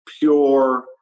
pure